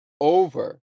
Over